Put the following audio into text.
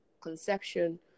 conception